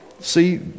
See